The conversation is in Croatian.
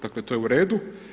Dakle to je u redu.